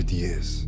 years